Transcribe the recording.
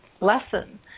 lesson